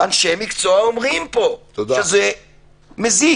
אנשי מקצוע אומרים פה שזה מזיק.